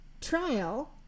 trial